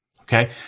Okay